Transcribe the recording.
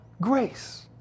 grace